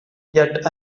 yet